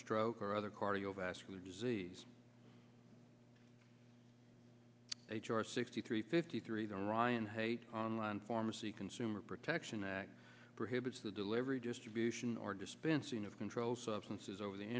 stroke or other cardiovascular disease h r sixty three fifty three the ryan hate online pharmacy consumer protection act prohibits the delivery distribution or dispensing of controlled substances over the